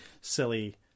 silly